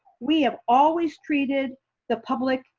we have always treated the public,